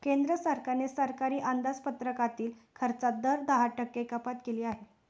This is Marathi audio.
केंद्र सरकारने सरकारी अंदाजपत्रकातील खर्चात दहा टक्के कपात केली आहे